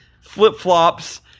flip-flops